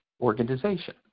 organization